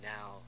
now